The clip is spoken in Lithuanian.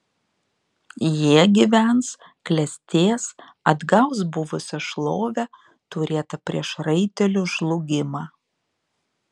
jie gyvens klestės atgaus buvusią šlovę turėtą prieš raitelių žlugimą